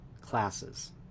classes